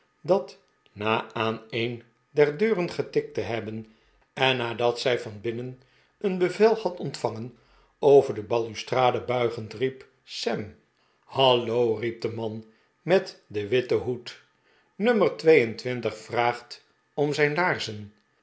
dat na aan een der deuren igetikt te hebben en nadat zijn van binnen v een bevel had ontvangen over de balustra de buigend riep sam fi hallo riep de man met den witten hoed v nummer twee en twintig vraagt om zijn laarzen